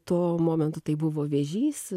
tuo momentu tai buvo vėžys